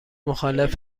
مخالف